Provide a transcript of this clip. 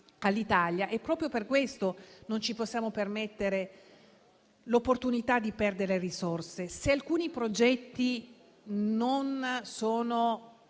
all'Italia. Proprio per questo non ci possiamo permettere di perdere risorse. Se alcuni progetti non sono